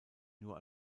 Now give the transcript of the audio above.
nur